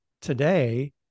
today